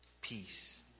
peace